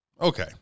Okay